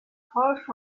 proche